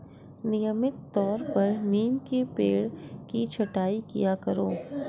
नियमित तौर पर नीम के पेड़ की छटाई किया करो